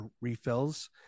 refills